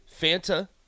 Fanta